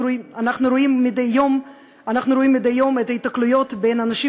אנחנו רואים מדי יום את ההיתקלויות בין אנשים